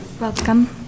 Welcome